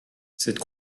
cette